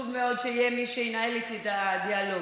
חשוב מאוד שיהיה מי שינהל איתי את הדיאלוג.